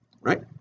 right